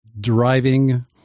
driving